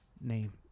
name